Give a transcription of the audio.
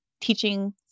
teaching